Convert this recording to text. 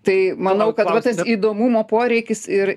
tai manau kad tas įdomumo poreikis ir